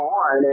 on